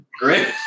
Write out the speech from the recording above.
great